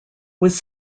was